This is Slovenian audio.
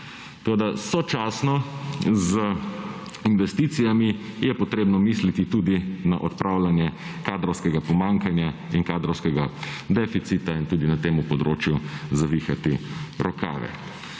Toda sočasno z investicijami je potrebno misliti tudi na odpravljanje kadrovskega pomanjkanja in kadrovskega deficita in tudi na tem področju zavihati rokave.